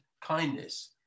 kindness